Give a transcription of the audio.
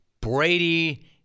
Brady